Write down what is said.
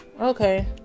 okay